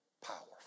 powerful